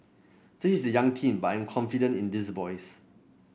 this is a young team but I am confident in these boys